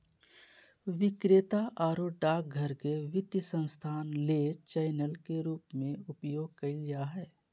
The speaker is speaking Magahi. विक्रेता आरो डाकघर के वित्तीय संस्थान ले चैनल के रूप में उपयोग कइल जा हइ